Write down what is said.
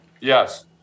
Yes